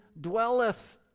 dwelleth